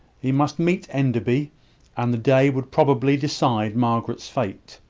he must meet enderby and the day would probably decide margaret's fate.